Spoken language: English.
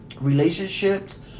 relationships